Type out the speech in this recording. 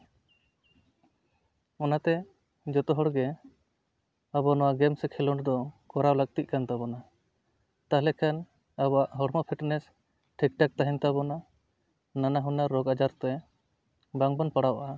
ᱚᱱᱟᱛᱮ ᱡᱚᱛᱚ ᱦᱚᱲ ᱜᱮ ᱟᱵᱚ ᱱᱚᱣᱟ ᱜᱮᱢ ᱥᱮ ᱠᱷᱮᱞᱳᱰ ᱫᱚ ᱠᱚᱨᱟᱣ ᱞᱟᱹᱠᱛᱤᱜ ᱠᱟᱱ ᱛᱟᱵᱚᱱᱟ ᱛᱟᱦᱚᱞᱮ ᱠᱷᱟᱱ ᱟᱵᱚᱣᱟᱜ ᱦᱚᱲᱢᱚ ᱯᱷᱤᱴᱱᱮᱥ ᱴᱷᱤᱠᱼᱴᱷᱟᱠ ᱛᱟᱦᱮᱱ ᱛᱟᱵᱚᱱᱟ ᱱᱟᱱᱟᱦᱩᱱᱟᱹᱨ ᱨᱳᱜᱽ ᱟᱡᱟᱨ ᱛᱮ ᱵᱟᱝ ᱵᱚᱱ ᱯᱟᱲᱟᱣᱼᱟ